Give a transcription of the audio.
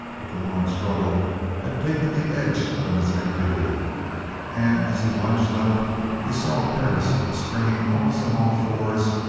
but the long struggle had taken the edge from his activity and as he lunged up he saw perris, springing almost on all-fours,